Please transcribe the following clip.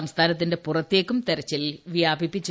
സംസ്ഥാനത്തിന്റെ പുറത്തേക്കും തിരച്ചിൽ വ്യാപിപ്പിച്ചിട്ടുണ്ട്